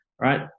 right